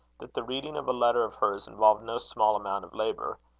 that the reading of a letter of hers involved no small amount of labour.